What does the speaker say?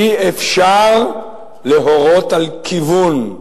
אי-אפשר להורות על כיוון.